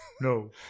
No